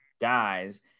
guys